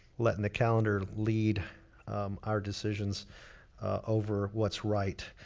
letting the calendar lead our decisions over what's right.